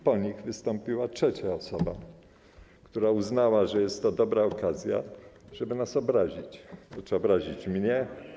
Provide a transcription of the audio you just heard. Po nich wystąpiła trzecia osoba, która uznała, że jest to dobra okazja, żeby nas obrazić, obrazić mnie.